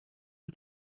die